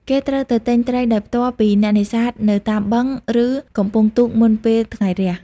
គេត្រូវទៅទិញត្រីដោយផ្ទាល់ពីអ្នកនេសាទនៅតាមបឹង ឬកំពង់ទូកមុនពេលថ្ងៃរះ។